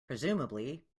presumably